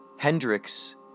Hendrix